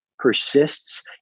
persists